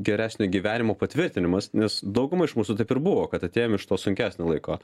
geresnio gyvenimo patvirtinimas nes daugumai iš mūsų taip ir buvo kad atėjom iš to sunkesnio laiko